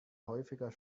häufiger